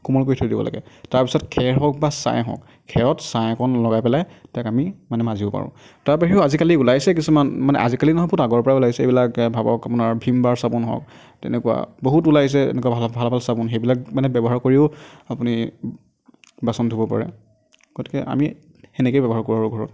কোমল কৰি থৈ দিব লাগে তাৰপাছত খেৰ হওক বা ছাই হওক খেৰত ছাই অকণ লগাই পেলাই তাক আমি মানে মাজিব পাৰোঁ তাৰ বাহিৰেও আজিকালি ওলাইছে কিছুমান মানে আজিকালি নহয় বহুত আগৰপৰা ওলাইছে এইবিলাক ভাবক আপোনাৰ ভীম বাৰ চাবোন হওক তেনেকুৱা বহুত ওলাইছে এনেকুৱা ভাল ভাল ভাল চাবোন সেইবিলাক মানে ব্যৱহাৰ কৰিও আপুনি বাচন ধুব পাৰে গতিকে আমি সেনেকৈয়ে ব্যৱহাৰ কৰোঁ ঘৰত